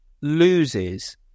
loses